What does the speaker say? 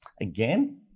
again